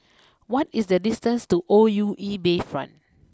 what is the distance to O U E Bayfront